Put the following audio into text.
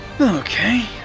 Okay